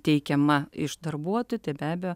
teikiama iš darbuotojų tai be abejo